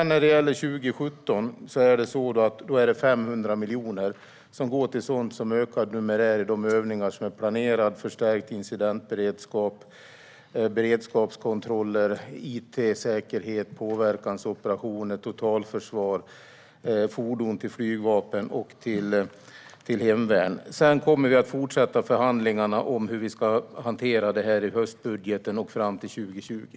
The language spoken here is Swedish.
När det gäller 2017 är det 500 miljoner som går till sådant som ökad numerär i de övningar som är planerade, förstärkt incidentberedskap, beredskapskontroller, it-säkerhet, påverkansoperationer, totalförsvar, fordon till flygvapnet och till hemvärnet. Sedan kommer vi att fortsätta förhandlingarna om hur vi ska hantera det i höstbudgeten och fram till 2020.